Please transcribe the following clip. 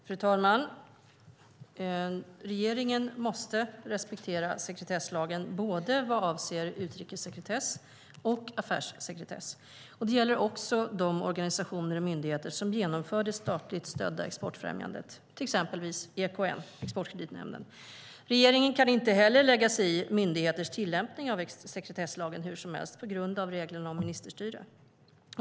Fru talman! Regeringen måste respektera sekretesslagen både avseende utrikessekretess och affärssekretess. Det gäller också de organisationer och myndigheter som genomför det statligt stödda exportfrämjandet, till exempel EKN, Exportkreditnämnden. Regeringen kan inte heller lägga sig i myndigheters tillämpning av sekretesslagen hur som helst, på grund av reglerna om ministerstyre.